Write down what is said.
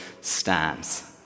stands